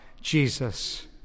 Jesus